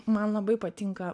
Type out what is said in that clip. man labai patinka